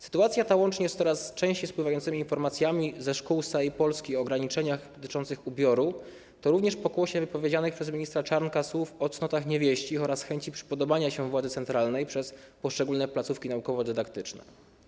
Sytuacja ta, łącznie z coraz częściej spływającymi informacjami ze szkół z całej Polski o ograniczeniach dotyczących ubioru, to również pokłosie wypowiedzianych przez ministra Czarnka słów o cnotach niewieścich oraz chęć przypodobania się władzy centralnej przez poszczególne placówki naukowo-dydaktyczne.